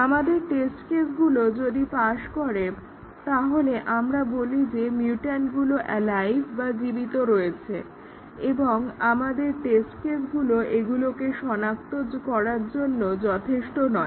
আমাদের টেস্ট কেসগুলো যদি পাস করে তাহলে আমরা বলি যে মিউট্যান্টগুলো এলাইভ বা জীবিত রয়েছে এবং আমাদের টেস্ট কেসগুলো এগুলোকে শনাক্ত জন্য যথেষ্ট নয়